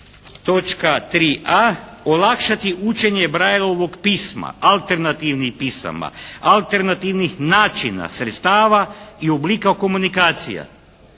točka 3.a olakšati učenje Braillovog pisma, alternativnih pisama, alternativnih načina sredstava i oblika komunikacija.